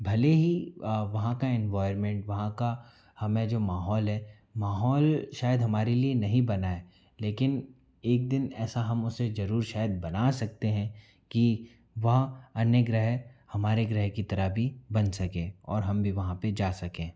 भले ही वहाँ का एनवाॅयरमेंट वहाँ का हमें जो माहौल है माहौल शायद हमारे लिए नहीं बना है लेकिन एक दिन ऐसा हम उसे ज़रूर शायद बना सकते हैं कि वह अन्य ग्रह हमारे ग्रह की तरह भी बन सके और हम भी वहाँ पर जा सकें